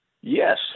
yes